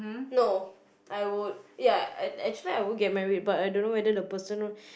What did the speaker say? no I would ya I actually I would get married but I don't know whether the person